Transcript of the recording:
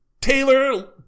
Taylor